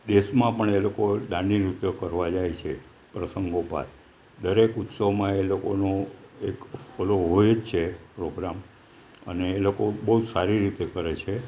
દેશમાં પણ એ લોકો દાંડી નૃત્યો કરવા જાય છે પ્રસંગોપાત દરેક ઉત્સવમાં એ લોકોનું એક પેલું હોય જ છે પ્રોગ્રામ અને એ લોકો બહુ સારી રીતે કરે છે